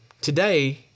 today